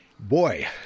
Boy